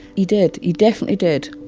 he did. he definitely did,